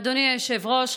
אדוני היושב-ראש,